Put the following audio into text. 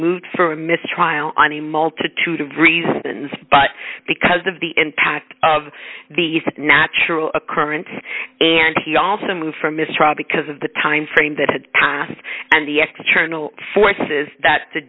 moved for a mistrial on a multitude of reasons but because of the impact of the natural occurrence and he also moved for mistrial because of the time frame that had passed and the extra forces that the